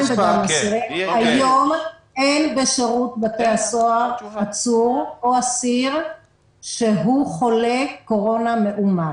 היום אין בשירות בתי הסוהר עצור או אסיר חולה קורונה מאומת.